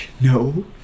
no